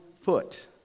foot